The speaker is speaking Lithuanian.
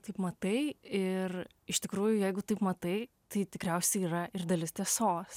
taip matai ir iš tikrųjų jeigu taip matai tai tikriausiai yra ir dalis tiesos